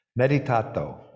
Meditato